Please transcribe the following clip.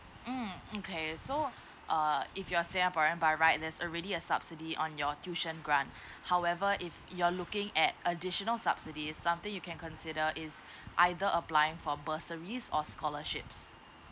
mm okay so err if you're singaporean by right there's already a subsidy on your tuition grant however if you're looking at additional subsidies something you can consider is either applying for bursaries or scholarships